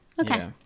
Okay